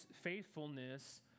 faithfulness